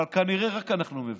אבל כנראה רק אנחנו מבינים,